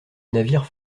navire